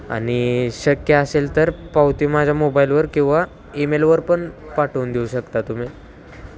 आणि शक्य असेल तर पावती माझ्या मोबाईलवर किंवा ईमेलवर पण पाठवून देऊ शकता तुम्ही